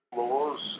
laws